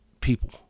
people